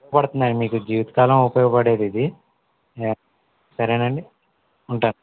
పడుతుంది అండి మీకు జీవిత కాలం ఉపయోగపడేది ఇది సరేనండి ఉంటానండీ